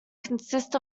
consist